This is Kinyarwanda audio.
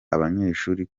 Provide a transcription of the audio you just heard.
abanyeshuri